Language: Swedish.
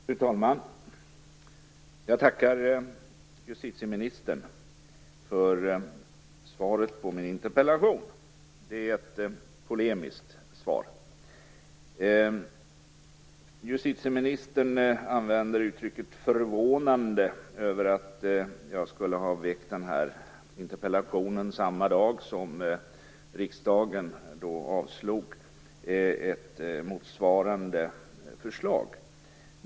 Fru talman! Jag tackar justitieministern för svaret på min interpellation. Det är ett polemiskt svar. Justitieministern använder ordet "förvånande" om att jag skulle ha väckt den här interpellationen samma dag som riksdagen avslog ett motsvarande förslag.